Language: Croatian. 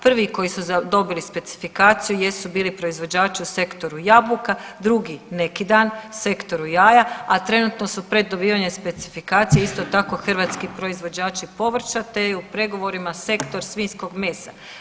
Prvi koji su dobili specifikaciju jesu bili proizvođači u sektoru jabuka, drugi neki dan sektoru jaja, a trenutno su pred dobivanjem specifikacije isto tako hrvatski proizvođači povrća, te je u pregovorima sektor svinjskog mesa.